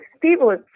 people